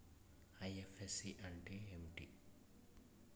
IFSC అంటే ఏమిటి?